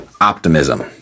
optimism